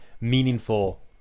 meaningful